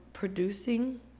producing